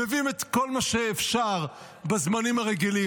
מביאים את כל מה שאפשר בזמנים הרגילים,